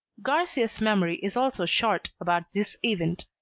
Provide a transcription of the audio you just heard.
garcia's memory is also short about this event.